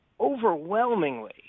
overwhelmingly